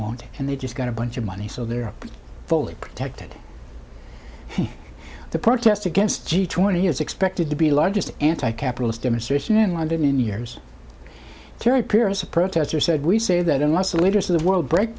want and they just got a bunch of money so they're fully protected the protest against g twenty is expected to be largest anti capitalist demonstration in london in years terry pyrrhus a protester said we say that unless the leaders of the world break